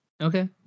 okay